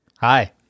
hi